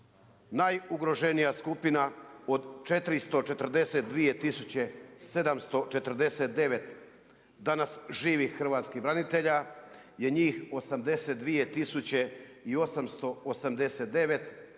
najugroženija skupina, od 442 tisuće 749 danas živih hrvatskih branitelja je njih 82